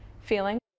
feeling